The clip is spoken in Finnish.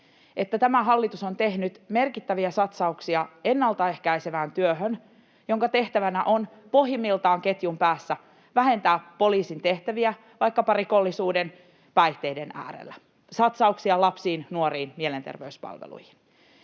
että tämä hallitus on tehnyt merkittäviä satsauksia ennaltaehkäisevään työhön, [Petri Huru: Ei edustaja Häkkänen tätä kysynyt!] jonka tehtävänä on pohjimmiltaan ketjun päässä vähentää poliisin tehtäviä vaikkapa rikollisuuden ja päihteiden äärellä: satsauksia lapsiin, nuoriin, mielenterveyspalveluihin.